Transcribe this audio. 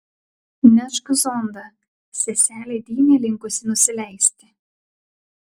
nešk zondą seselė di nelinkusi nusileisti